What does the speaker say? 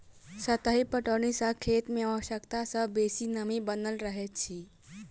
सतही पटौनी सॅ खेत मे आवश्यकता सॅ बेसी नमी बनल रहैत अछि